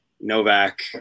Novak